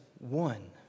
One